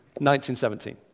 1917